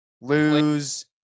lose